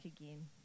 again